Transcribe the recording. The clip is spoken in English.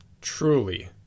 truly